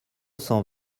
cent